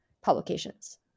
publications